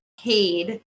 paid